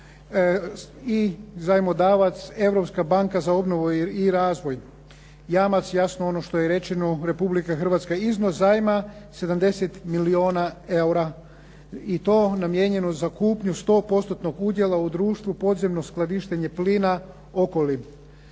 i zajmodavac Europska banka za obnovu i razvoj. Jamac, jasno ono što je i rečeno, Repubika Hrvatska, iznos zajma 70 milijuna eura i to namijenjeno za kupnju 100%-tnog udjela u društvu podzemno skladištenje plina